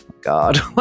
God